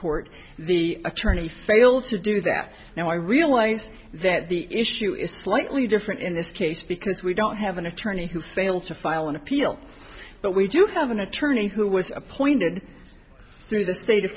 court the attorney failed to do that now i realize that the issue is slightly different in this case because we don't have an attorney who fail to file an appeal but we do have an attorney who was appointed through the state of